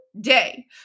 day